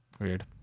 Weird